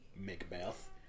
Macbeth